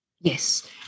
Yes